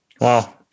Wow